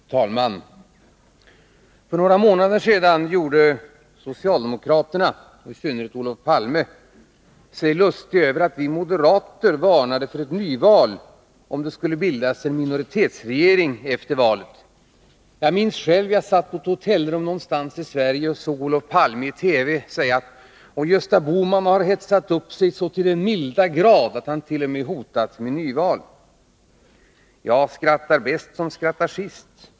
Herr talman! För några månader sedan gjorde socialdemokraterna, i synnerhet Olof Palme, sig lustiga över att vi moderater varnade för ett nyval om det skulle bildas en minoritetsregering efter valet. Jag minns själv att jag satt på ett hotellrum någonstans i Sverige och hörde Olof Palme i TV säga: Gösta Bohman har hetsat upp sig till den mildra grad att han t.o.m. hotar med nyval. — Skrattar bäst som skrattar sist!